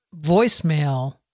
voicemail